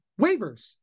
waivers